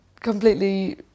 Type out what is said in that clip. completely